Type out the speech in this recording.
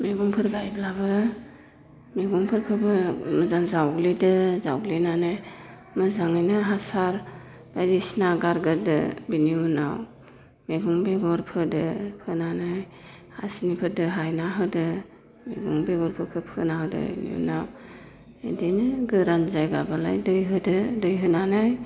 मैगंफोर गायब्लाबो मैगंफोरखौबो मोजां जावग्लिदो जावग्लिनानै मोजाङैनो हासार बायदिसिना गारगोरदो बिनि उनाव मैगं बेगर फोदो फोनानै हासिनिफोरजों हायना होदो मैगं बेगरफोरखौ फोना होदो बिनि उनाव बिदिनो गोरान जायगाबालाय दै होदो दै होनानै